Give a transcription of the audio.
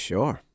Sure